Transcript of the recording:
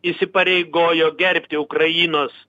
įsipareigojo gerbti ukrainos